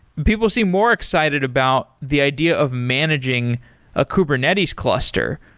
people see more excited about the idea of managing a kubernetes cluster,